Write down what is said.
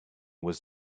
was